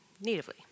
natively